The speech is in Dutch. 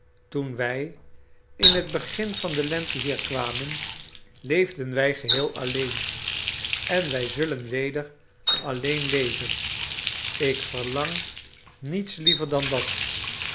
toen wij in het begin van de lente hier kwamen leefden wij geheel alleen en wij zullen weder alleen leven ik verlang niets liever dan dat